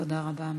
תודה רבה.